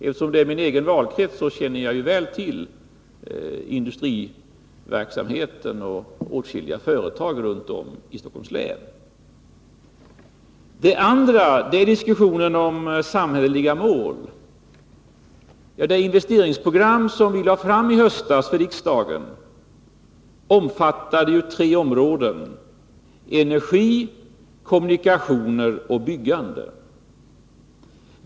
Eftersom det är min egen valkrets känner jag väl till industriverksamheten och åtskilliga företag i länet. Vidare har det förts en diskussion om samhälleliga mål. Det investeringsprogram som vi i höstas lade fram för riksdagen omfattade tre områden, nämligen energi, kommunikationer och byggande.